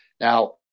Now